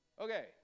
Okay